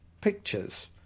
pictures